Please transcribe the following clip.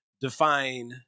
define